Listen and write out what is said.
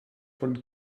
von